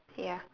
ya